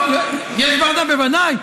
יש ועדה, בוודאי.